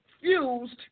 fused